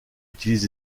utilise